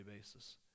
basis